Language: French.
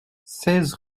seize